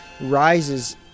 rises